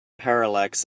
parallax